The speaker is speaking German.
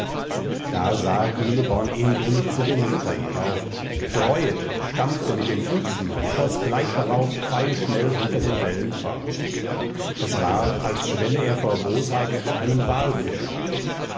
da sah kühleborn ingrimmig zu dem ritter hinauf dräuete stampfte mit den füßen und schoß gleich darauf pfeilschnell unter den wellen fort es war als schwelle er vor bosheit zu einem walfisch auf